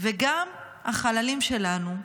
וגם החללים שלנו,